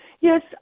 Yes